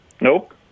Nope